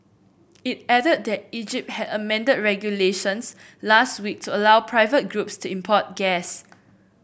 it added that Egypt had amended regulations last week to allow private groups to import gas